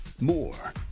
More